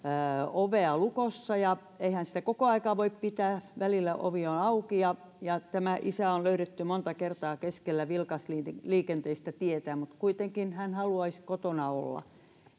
ovea lukossa ja eihän sitä koko aikaa voi pitää välillä ovi on auki ja ja tämä isä on löydetty monta kertaa keskeltä vilkasliikenteistä tietä mutta kuitenkin hän haluaisi kotona olla